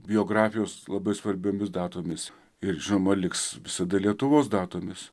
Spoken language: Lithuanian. biografijos labai svarbiomis datomis ir žinoma liks visada lietuvos datomis